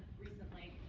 recently,